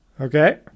Okay